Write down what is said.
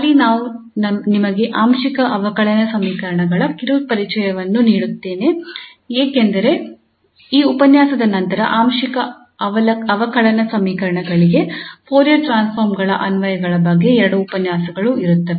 ಅಲ್ಲಿ ನಾನು ನಿಮಗೆ ಆಂಶಿಕ ಅವಕಲನ ಸಮೀಕರಣಗಳ ಕಿರು ಪರಿಚಯವನ್ನು ನೀಡುತ್ತೇನೆ ಏಕೆಂದರೆ ಈ ಉಪನ್ಯಾಸದ ನಂತರ ಆಂಶಿಕ ಅವಕಲನ ಸಮೀಕರಣಗಳಿಗೆ ಫೋರಿಯರ್ ಟ್ರಾನ್ಸ್ಫಾರ್ಮ್ ಗಳ ಅನ್ವಯಗಳ ಬಗ್ಗೆ ಎರಡು ಉಪನ್ಯಾಸಗಳು ಇರುತ್ತವೆ